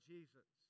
Jesus